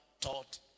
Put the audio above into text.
taught